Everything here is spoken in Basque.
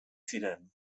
ziren